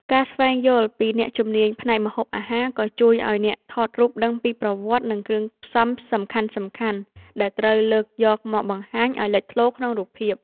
ការស្វែងយល់ពី អ្នកជំនាញផ្នែកម្ហូបអាហារ ក៏ជួយឱ្យអ្នកថតរូបដឹងពីប្រវត្តិ និងគ្រឿងផ្សំសំខាន់ៗ ដែលត្រូវលើកយកមកបង្ហាញឱ្យលេចធ្លោក្នុងរូបភាព។